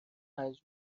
پنج